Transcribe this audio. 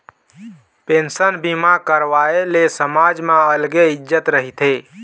pension बीमा करवाए ले समाज म अलगे इज्जत रहिथे